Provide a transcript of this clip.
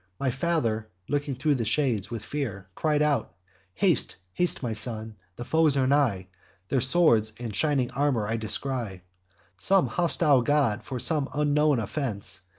my father, looking thro' the shades, with fear, cried out haste, haste, my son, the foes are nigh their swords and shining armor i descry some hostile god, for some unknown offense,